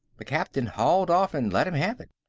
the captain hauled off and let him have it.